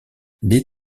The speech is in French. des